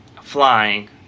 flying